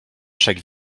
chaque